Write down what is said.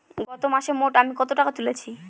গত মাসে মোট আমি কত টাকা তুলেছি?